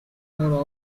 more